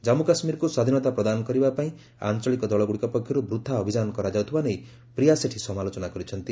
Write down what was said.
ଜମ୍ମୁ କାଶ୍ମୀରକୁ ସ୍ୱାଧୀନତା ପ୍ରଦାନ କରିବାପାଇଁ ଆଞ୍ଚଳିକ ଦଳଗୁଡ଼ିକ ପକ୍ଷରୁ ବୃଥା ଅଭିଯାନ କରାଯାଉଥିବା ନେଇ ପ୍ରିୟା ସେଠି ସମାଲୋଚନା କରିଛନ୍ତି